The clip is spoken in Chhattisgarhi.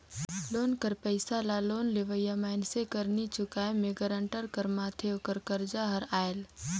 लोन कर पइसा ल लोन लेवइया मइनसे कर नी चुकाए में गारंटर कर माथे ओकर करजा हर आएल